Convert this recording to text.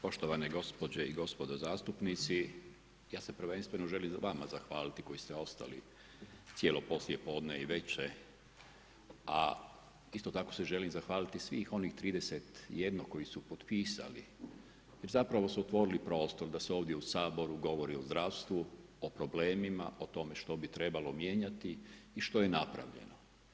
Poštovane gospođe i gospodo zastupnici, ja se prvenstveno želim vama zahvaliti koji ste ostali cijelo poslijepodne i večer, a isto tako se želim zahvaliti svih onih 31 koji su potpisali, jer zapravo su otvorili prostor da se ovdje u Saboru govori o zdravstvu, o problemima, o tome što bi trebalo mijenjati i što je napravljeno.